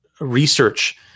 research